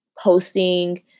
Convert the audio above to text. posting